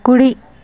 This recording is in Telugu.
కుడి